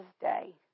day